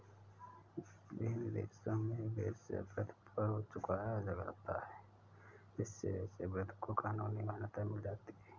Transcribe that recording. विभिन्न देशों में वेश्यावृत्ति पर कर चुकाया जाता है जिससे वेश्यावृत्ति को कानूनी मान्यता मिल जाती है